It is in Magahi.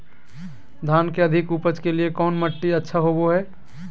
धान के अधिक उपज के लिऐ कौन मट्टी अच्छा होबो है?